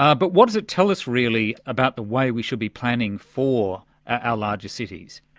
but what does it tell us, really, about the way we should be planning for our larger cities?